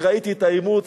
אני ראיתי את האימוץ,